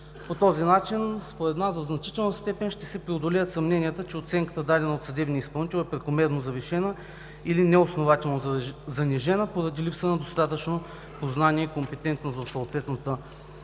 По този начин според нас в значителна степен ще се преодолеят съмненията, че оценката, дадена от съдебния изпълнител, е прекомерно завишена или неоснователно занижена, поради липса на достатъчно познания и компетентност в съответната област.